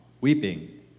weeping